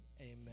amen